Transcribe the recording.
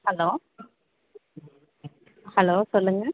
hello hello சொல்லுங்கள்